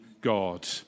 God